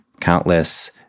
countless